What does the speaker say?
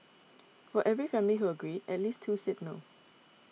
for every family who agreed at least two said no